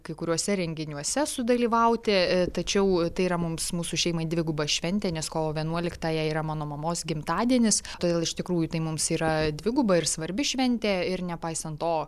kai kuriuose renginiuose sudalyvauti tačiau tai yra mums mūsų šeimai dviguba šventė nes kovo vienuoliktąją yra mano mamos gimtadienis todėl iš tikrųjų tai mums yra dviguba ir svarbi šventė ir nepaisant to